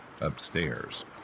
upstairs